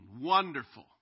wonderful